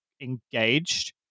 engaged